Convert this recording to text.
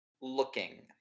looking